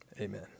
amen